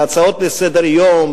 להצעות לסדר-היום,